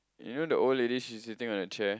you know the old lady she's sitting on a chair